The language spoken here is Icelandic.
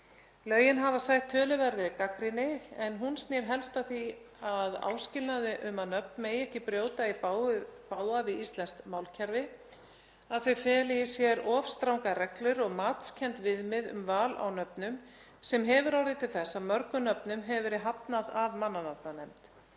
Lögin hafa sætt töluverðri gagnrýni en hún snýr helst að áskilnaði um að nöfn megi ekki brjóta í bága við íslenskt málkerfi, að þau feli í sér of strangar reglur og matskennd viðmið um val á nöfnum sem hefur orðið til þess að mörgum nöfnum hefur verið hafnað af mannanafnanefnd